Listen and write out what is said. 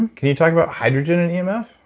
and can you talk about hydrogen in emf?